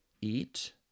eat